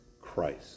Christ